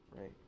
right